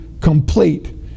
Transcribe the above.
complete